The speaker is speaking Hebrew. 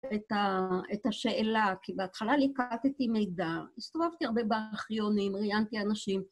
את השאלה, כי בהתחלה ליקטתי מידע, הסתובבתי הרבה בארכיונים, ראיינתי אנשים.